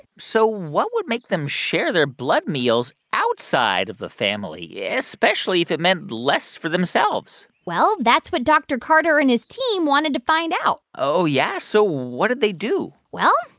so what would make them share their blood meals outside of the family, especially if it meant less for themselves? well, that's what dr. carter and his team wanted to find out oh, yeah? so what did they do? well,